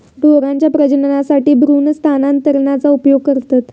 ढोरांच्या प्रजननासाठी भ्रूण स्थानांतरणाचा उपयोग करतत